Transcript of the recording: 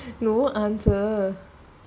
no answer